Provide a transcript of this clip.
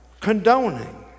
condoning